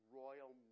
royal